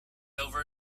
over